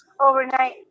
overnight